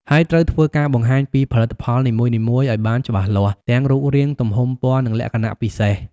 ហើយត្រូវធ្វើការបង្ហាញពីផលិតផលនីមួយៗឲ្យបានច្បាស់លាស់ ទាំងរូបរាង ទំហំ ពណ៌ និងលក្ខណៈពិសេស។